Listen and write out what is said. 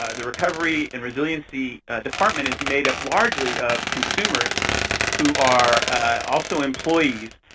ah the recovery and resiliency department is made up largely of consumers who are also employees,